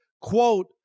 quote